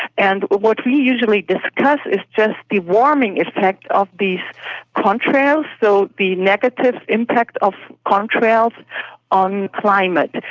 and what we usually discuss is just the warming effect of these contrails, so the negative impact of contrails on climate.